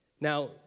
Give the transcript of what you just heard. Now